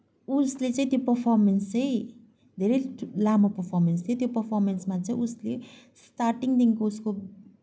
उसले चाहिँ त्यो पर्फर्मेन्स चाहिँ धेरै लामो पर्फर्मेन्स थियो त्यो पर्फर्मेन्समा चाहिँ उसले स्टार्टिङदेखिको उसको